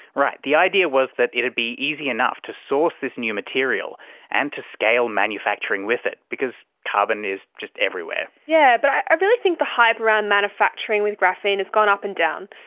right, the idea was that it would be easy enough to source this new material and to scale manufacturing with it because carbon is just everywhere. yes, yeah but i really think the hype around manufacturing with graphene has gone up and down.